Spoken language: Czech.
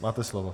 Máte slovo.